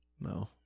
No